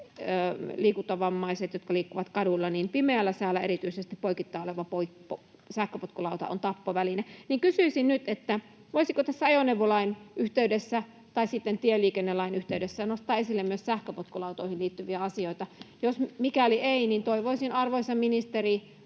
liikuntavammaisille, jotka liikkuvat kaduilla pimeällä säällä, erityisesti poikittain oleva sähköpotkulauta on tappoväline. Kysyisin nyt, voisiko tässä ajoneuvolain yhteydessä tai sitten tieliikennelain yhteydessä nostaa esille myös sähköpotkulautoihin liittyviä asioita? Mikäli ei, niin toivoisin, arvoisa ministeri,